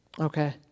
Okay